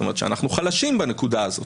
זאת אומרת שאנחנו חלשים בנקודה הזאת.